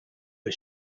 the